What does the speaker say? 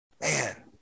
Man